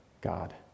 God